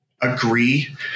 agree